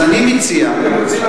אתם רוצים,